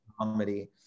comedy